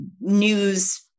news